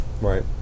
Right